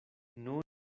nun